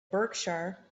berkshire